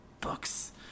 books